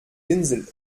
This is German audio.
insel